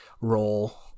role